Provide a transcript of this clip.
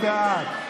מי בעד,